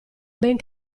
ben